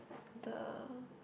the